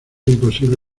imposible